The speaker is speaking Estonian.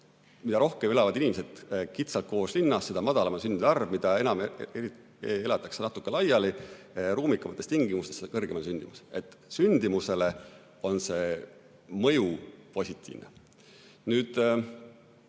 Mida rohkem elavad inimesed kitsalt koos linnas, seda madalam on sündide arv. Mida enam elatakse natuke laiali ja ruumikamates tingimustes, seda kõrgem on sündimus. Nii et sündimusele on see mõju positiivne.